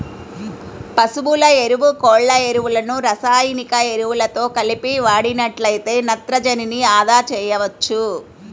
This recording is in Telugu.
పశువుల ఎరువు, కోళ్ళ ఎరువులను రసాయనిక ఎరువులతో కలిపి వాడినట్లయితే నత్రజనిని అదా చేయవచ్చు